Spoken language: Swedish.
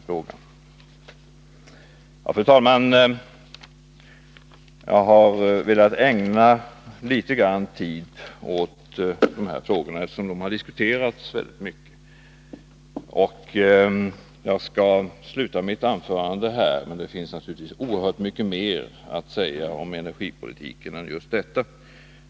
Fru talman! Jag har velat ägna litet tid åt dessa frågor eftersom de har diskuterats rätt mycket på senaste tiden. Jag skall avsluta mitt anförande här, trots att det naturligtvis finns oerhört mycket mer att säga om energipolitiken än just detta.